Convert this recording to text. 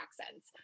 accents